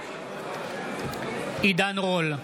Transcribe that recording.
עידן רול,